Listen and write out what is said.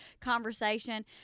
conversation